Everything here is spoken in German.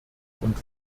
und